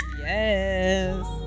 yes